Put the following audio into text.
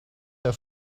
her